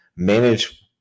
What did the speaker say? manage